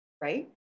right